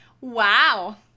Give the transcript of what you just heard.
Wow